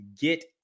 get